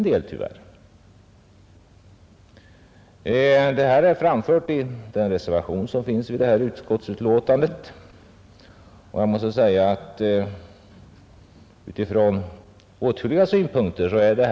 Dessa synpunkter har vi framfört i en reservation till föreliggande utskottsbetänkande, och jag tycker verkligen att de är ytterst angelägna.